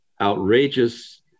outrageous